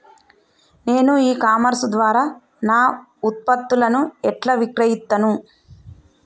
నేను e commerce ద్వారా నా ఉత్పత్తులను ఎట్లా విక్రయిత్తను?